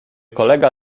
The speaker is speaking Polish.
kolega